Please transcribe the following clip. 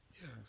Yes